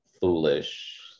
foolish